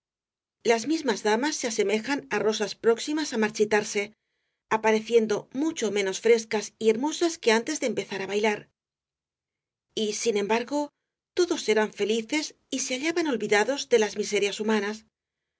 las mismas damas se asemejaban á rosas próximas á marchitarse apareciendo mucho menos frescas y hermosas que antes de empezar a bailar y sin embargo todos eran felices y se hallaban olvidados de las miserias humanas